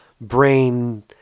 brain